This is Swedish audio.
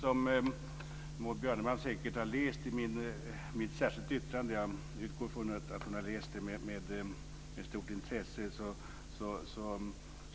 Fru talman! Jag utgår från att Maud Björnemalm har läst mitt särskilda yttrande med stort intresse.